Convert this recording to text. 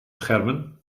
schermen